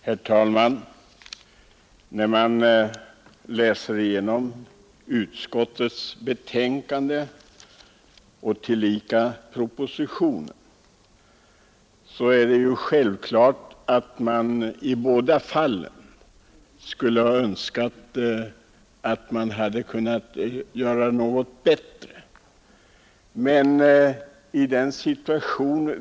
Herr talman! När man läser igenom utskottets betänkande och propositionen är det självklart att man gör den reflexionen beträffande båda förslagen att man skulle ha önskat att någonting bättre hade åstadkommits.